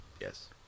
Yes